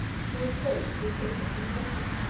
towards clothes to equip the pretty rustic.